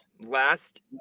last